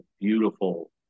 beautiful